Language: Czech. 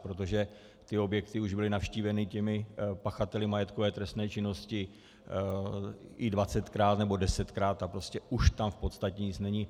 Protože ty objekty už byly navštíveny pachateli majetkové trestné činnosti i dvacetkrát nebo desetkrát a prostě už tam v podstatě nic není.